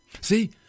See